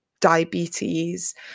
diabetes